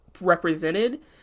represented